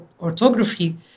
orthography